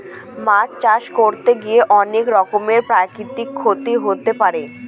মাছ চাষ করতে গিয়ে অনেক রকমের প্রাকৃতিক ক্ষতি হতে পারে